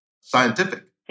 scientific